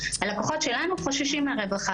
אבל הלקוחות שלנו חוששים מהרווחה,